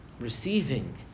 receiving